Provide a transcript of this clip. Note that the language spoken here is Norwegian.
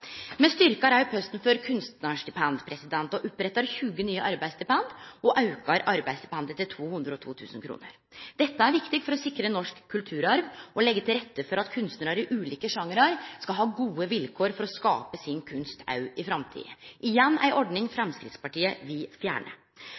Me styrkar òg posten for kunstnarstipend, opprettar 20 nye arbeidsstipend og aukar arbeidsstipendet til 202 000 kr. Dette er viktig for å sikre norsk kulturarv, og for å leggje til rette for at kunstnarar innan ulike sjangrar skal ha gode vilkår for å skape sin kunst også i framtida – igjen ei ordning